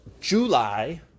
July